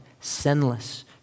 sinless